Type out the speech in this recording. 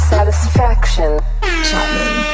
Satisfaction